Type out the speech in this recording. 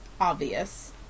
obvious